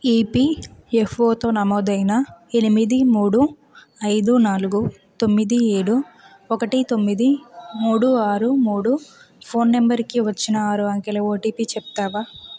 ఈపీఎఫ్ఓతో నమోదైన ఎనిమిది మూడు ఐదు నాలుగు తొమ్మిది ఏడు ఒకటి తొమ్మిది తొమ్మిది ఫోన్ నంబరుకి వచ్చిన ఆరు అంకెల ఓటీపీ చెప్తావా